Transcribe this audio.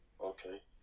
okay